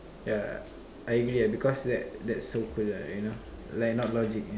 yeah I agree ah because that that is so cool lah like you know because it's not logic